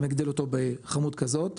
אם נגדיל אותו בכמות כזאת,